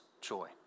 joy